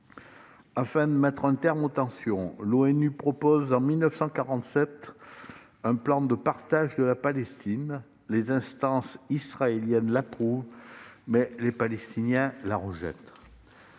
Afin de mettre un terme aux tensions, l'ONU propose en 1947 un plan de partage de la Palestine. Les instances israéliennes l'approuvent, mais les Palestiniens le rejettent.